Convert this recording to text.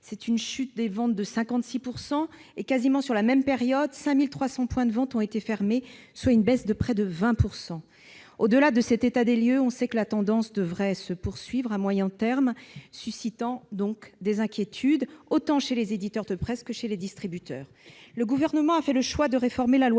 les ventes ont chuté de 56 %. Quasiment sur la même période, 5 300 points de vente ont été fermés, soit une baisse de près de 20 %. Au-delà de cet état des lieux, la tendance devrait se poursuivre à moyen terme, suscitant des inquiétudes, autant chez les éditeurs de presse que chez les distributeurs. Le Gouvernement a fait le choix de réformer la loi